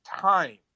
time